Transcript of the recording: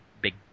big